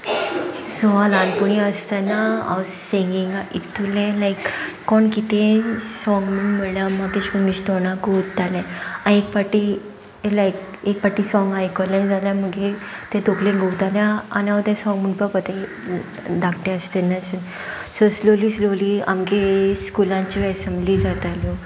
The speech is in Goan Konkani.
सो हांव ल्हानपणीं आसतना हांव सिंगींगाक इतूलें लायक कोण कितें सोंग म्हणल्यार म्हाक ऍश कोन्न मुज्या तोंडांकू उरतालें हांयें एक पाटीं लायक एक पाटीं सोंग आयकोलें जाल्यार मुगे तें तोकलेन घुंवतालें आनी हांव तें सोंग म्हणपा पोतालें धाकटें आसतनासून सो स्लोली स्लोली आमगे स्कुलांच्यो ऍसँमब्ली जाताल्यो